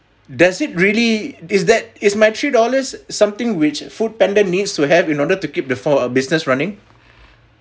does it really is that is my three dollars something which foodpanda needs to have in order to keep before a business running